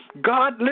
God